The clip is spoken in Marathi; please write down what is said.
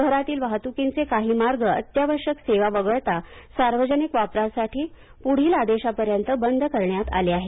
शहरातील वाहतुकीचे काही मार्ग अत्यावश्यक सेवा वगळता सार्वजनिक वापरासाठी पुढील आदेशापर्यंत बंद करण्यात आले आहेत